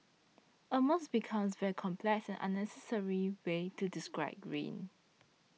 almost becomes very complex and unnecessary way to describe rain